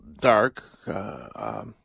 dark